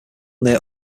near